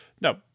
no